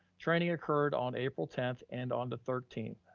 training occurred on april tenth and on the thirteenth,